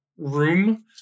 Room